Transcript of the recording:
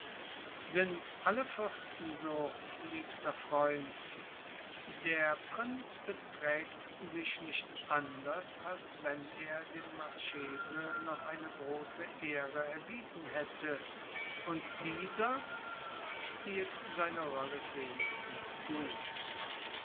sind alle fürsten so liebster freund der prinz beträgt sich nicht anders als wenn er dem marchese noch eine große ehre erwiesen hätte und dieser spielt seine rolle wenigstens gut